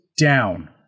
down